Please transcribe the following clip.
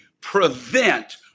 prevent